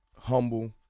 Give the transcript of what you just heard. Humble